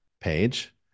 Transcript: page